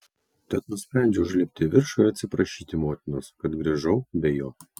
tad nusprendžiau užlipti į viršų ir atsiprašyti motinos kad grįžau be jo